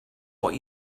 what